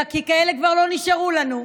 כי כאלה כבר לא נשארו לנו,